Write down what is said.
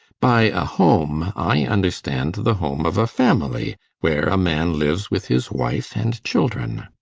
by a home i understand the home of a family, where a man lives with his wife and children.